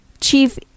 chief